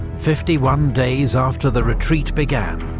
fifty one days after the retreat began,